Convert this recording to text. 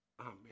Amen